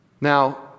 Now